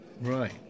Right